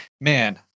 man